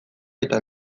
eta